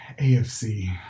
AFC